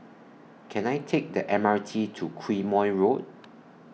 Can I Take The M R T to Quemoy Road